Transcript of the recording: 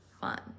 fun